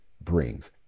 brings